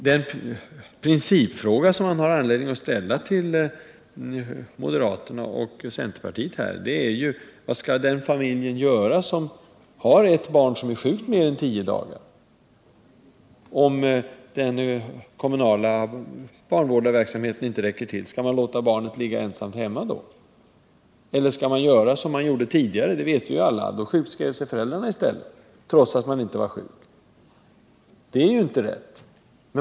Den principfråga som man har anledning att ställa till moderaterna och centerpartiet är: Vad skall den familj göra som har ett barn som är sjukt mer än tolv dagar? Om den kommunala barnvårdarverksamheten inte räcker till, skall man då låta barnet ligga ensamt hemma? Eller skall man göra som man gjorde tidigare, då — det vet vi ju alla — föräldrarna sjukskrev sig i stället trots att de inte var sjuka? Det är ju inte rätt.